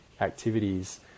activities